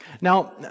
Now